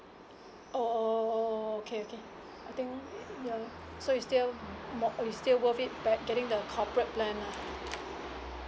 oh okay okay I think ya so is still more is still worth it back getting the corporate plan lah